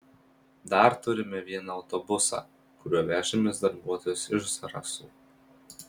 dar turime vieną autobusą kuriuo vežamės darbuotojus iš zarasų